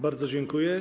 Bardzo dziękuję.